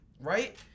Right